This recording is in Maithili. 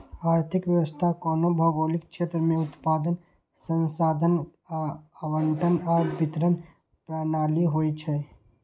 आर्थिक व्यवस्था कोनो भौगोलिक क्षेत्र मे उत्पादन, संसाधन के आवंटन आ वितरण प्रणाली होइ छै